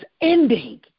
Ending